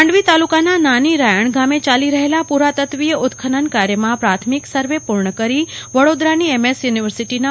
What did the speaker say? માંડવી તાલુકાના નાની રાયણ ગામે ચાલી રહેલા પુરાતત્ત્વીય ઉત્ખનન કાર્યમાં પ્રાથમિક સર્વે પૂર્ણ કરી વડોદરા એમ યુનિવર્સિટીના